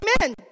Amen